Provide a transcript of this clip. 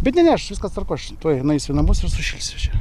bet ne ne aš viskas tvarkoj aš tuoj nueisiu į namus ir sušilsiu čia